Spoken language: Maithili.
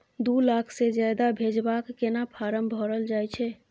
दू लाख से ज्यादा भेजबाक केना फारम भरल जाए छै?